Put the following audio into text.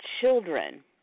children